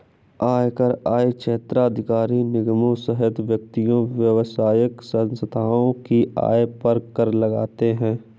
आयकर कई क्षेत्राधिकार निगमों सहित व्यक्तियों, व्यावसायिक संस्थाओं की आय पर कर लगाते हैं